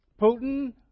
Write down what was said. Putin